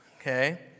okay